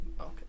Okay